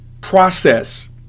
process